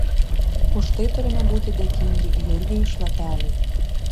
už tai turime būti dėkingi jurgiui šlapeliui